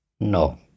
No